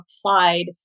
applied